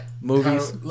Movies